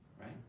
Right